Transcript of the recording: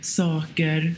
saker